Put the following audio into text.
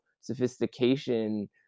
sophistication